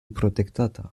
protektata